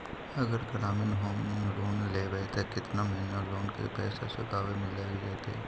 अगर ग्रामीण home loan लेबै त केतना महिना लोन के पैसा चुकावे में लग जैतै?